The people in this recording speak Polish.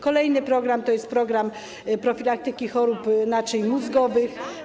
Kolejny program to jest program profilaktyki chorób naczyń mózgowych.